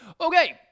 Okay